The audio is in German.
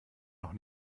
noch